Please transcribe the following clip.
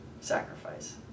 sacrifice